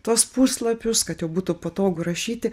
tuos puslapius kad jau būtų patogu rašyti